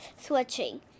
switching